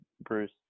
Bruce